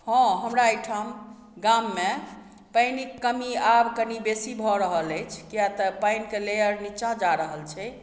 हँ हमरा ओहिठम गाममे पानिक कमी आब कनि बेसी भऽ रहल अछि किया तऽ पानिके लेयर नीचाँ जा रहल छै